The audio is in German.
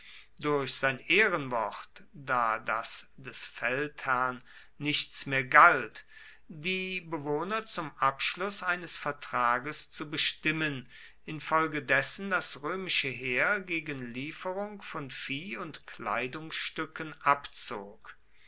durch sein ehrenwort da das des feldherrn nichts mehr galt die bewohner zum abschluß eines vertrages zu bestimmen infolgedessen das römische heer gegen lieferung von vieh und kleidungsstücken abzog